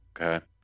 Okay